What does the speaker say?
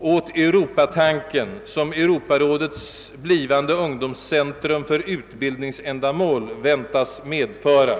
åt europatanken, som Europarådets blivande ungdomscentrum för utbildningsändamål väntas medföra.